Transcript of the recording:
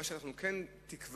מה שאנחנו כן מקווים,